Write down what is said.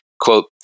Quote